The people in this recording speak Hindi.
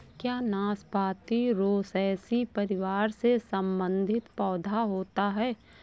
क्या नाशपाती रोसैसी परिवार से संबंधित पौधा होता है?